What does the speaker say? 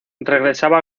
regresaba